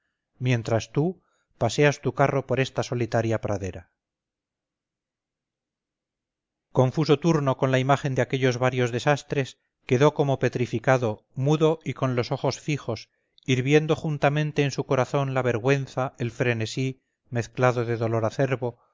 mientras tú paseas tu carro por esta solitaria pradera confuso turno con la imagen de aquellos varios desastres quedó como petrificado mudo y con los ojos fijos hirviendo juntamente en su corazón la vergüenza el frenesí mezclado de dolor acerbo